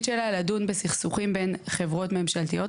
שלה לדון בסכסוכים בין חברות ממשלתיות,